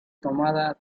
tomada